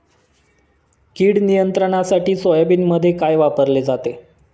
कीड नियंत्रणासाठी सोयाबीनमध्ये काय वापरले जाते?